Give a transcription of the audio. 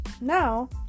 Now